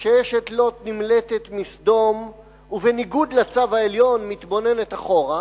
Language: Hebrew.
כשאשת לוט נמלטת מסדום ובניגוד לצו העליון מתבוננת אחורה,